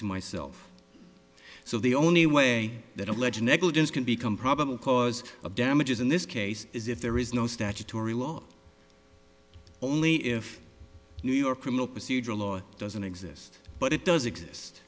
to myself so the only way that allege negligence can become probable cause of damages in this case is if there is no statutory law only if new york criminal procedure law doesn't exist but it does exist